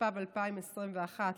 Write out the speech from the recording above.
התשפ"ב 2021,